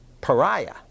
pariah